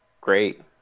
great